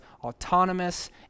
autonomous